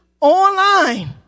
online